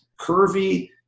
curvy